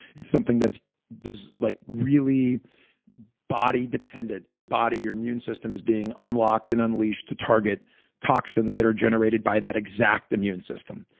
it's something that's just like really bodydependent. your body, your immune system is being unlocked and unleashed to target toxins that are generated by that exact immune system.